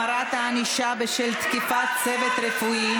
החמרת הענישה בשל תקיפת צוות רפואי),